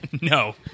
No